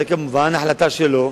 זה כמובן החלטה שלו,